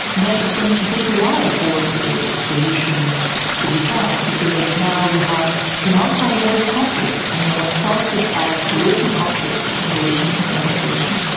then it's going to take a while for a solution to be found, because now you have a multi-level conflict. i mean, what started as a local conflict between the regime and the opposition,